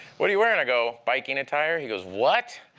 what are you wearing? i go, biking attire. he goes, what?